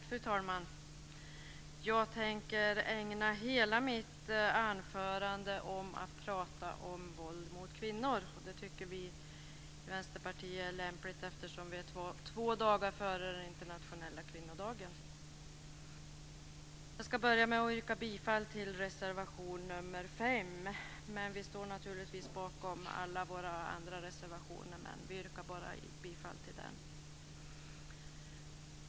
Fru talman! Jag tänker ägna hela mitt anförande åt att prata om våld mot kvinnor. Det tycker vi i Vänsterpartiet är lämpligt två dagar före Internationella kvinnodagen. Jag ska börja med att yrka bifall till reservation nr 5. Vi står naturligtvis bakom alla våra andra reservationer men yrkar bara bifall till den.